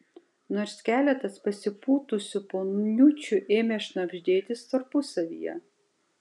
nors keletas pasipūtusių poniučių ėmė šnabždėtis tarpusavyje